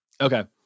Okay